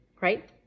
right